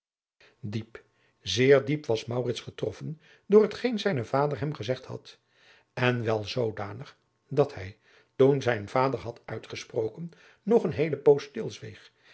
diep zeer diep was maurits getroffen door hetgeen zijn vader hem gezegd had en wel zoodanig dat hij toen zijn vader had uitgesproken nog een heele poos stilzweeg